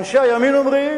אנשי הימין אומרים,